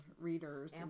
readers